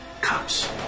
Cops